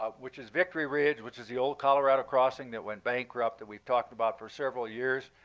ah which is victory ridge, which is the old colorado crossing that went bankrupt that we've talked about for several years.